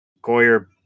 goyer